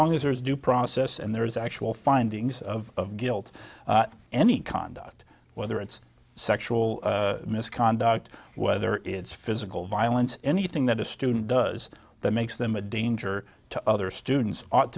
long as there is due process and there is actual findings of guilt any conduct whether it's sexual misconduct whether it's physical violence anything that a student does that makes them a danger to other students ought